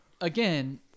again